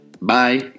Bye